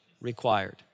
Required